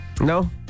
No